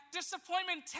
disappointment